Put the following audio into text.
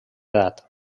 edat